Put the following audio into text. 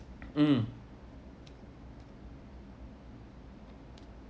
um